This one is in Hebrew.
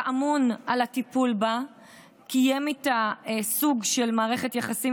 ממונה על הטיפול בה וקיים איתה סוג של מערכת יחסים,